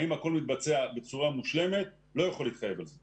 האם הכול מתבצע בצורה מושלמת לא יכול להתחייב על זה.